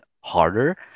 harder